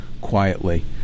quietly